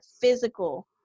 physical